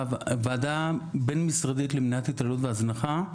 ועדה בין משרדית למניעת התעללות והזנחה,